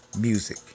music